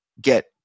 get